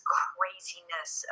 craziness